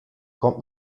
kommt